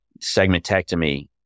segmentectomy